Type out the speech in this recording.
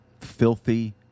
filthy